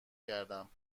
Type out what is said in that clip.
کردم